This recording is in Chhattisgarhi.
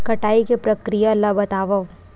कटाई के प्रक्रिया ला बतावव?